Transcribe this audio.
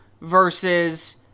versus